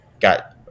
got